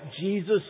Jesus